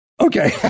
Okay